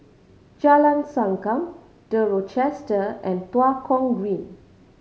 Jalan Sankam The Rochester and Tua Kong Green